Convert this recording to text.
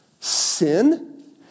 Sin